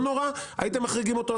הייתם יכולים להחריג אותו.